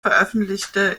veröffentlichte